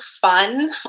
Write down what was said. fun